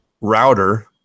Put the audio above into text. router